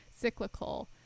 cyclical